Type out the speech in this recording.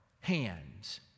hands